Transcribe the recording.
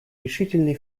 решительный